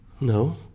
no